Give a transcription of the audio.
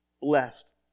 blessed